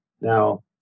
now